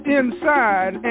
inside